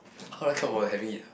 how did I come out having it ah